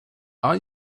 are